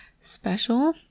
special